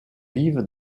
vivent